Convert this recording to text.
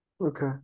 Okay